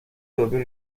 دوربین